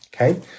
Okay